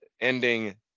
ending